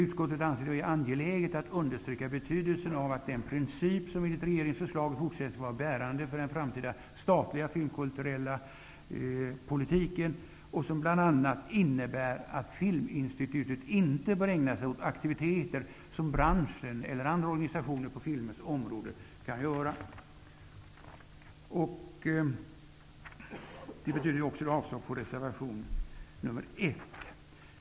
Utskottet anser det angeläget att understryka betydelsen av den princip som enligt regeringens förslag i fortsättningen skall vara bärande för den framtida statliga filmkulturella politiken och som bl.a. innebär att Filminstitutet inte bör ägna sig åt aktiviteter som branschen eller andra organisationer på filmens område kan göra. Det här betyder att jag yrkar avslag på reservation nr 1.